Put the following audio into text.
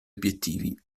obiettivi